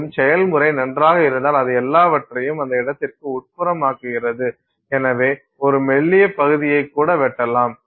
மேலும் செயல்முறை நன்றாக இருந்தால் அது எல்லாவற்றையும் அந்த இடத்திற்கு உட்புறமாக்குகிறது எனவே ஒரு மெல்லிய பகுதியை கூட வெட்டலாம்